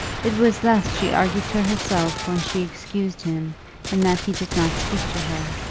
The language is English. it was thus she argued to herself when she excused him in that he did not speak to her.